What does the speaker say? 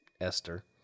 Esther